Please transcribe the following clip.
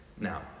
Now